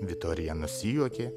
vitorija nusijuokė